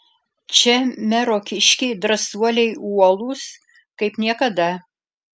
čia mero kiškiai drąsuoliai uolūs kaip niekada